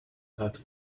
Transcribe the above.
hot